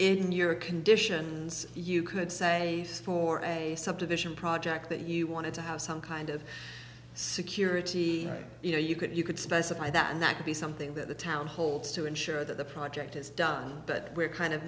in your conditions you could say for a subdivision project that you wanted to have some kind of security you know you could you could specify that that could be something that the town holds to ensure that the project is done but we're kind of